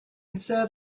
said